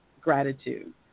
gratitude